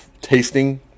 tasting